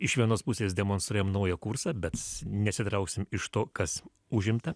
iš vienos pusės demonstruojam naują kursą bet nesitrauksim iš to kas užimta